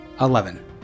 Eleven